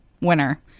winner